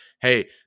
Hey